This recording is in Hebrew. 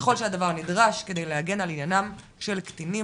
ככל שהדבר נדרש כדי להגן על עניינם של קטינים,